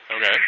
Okay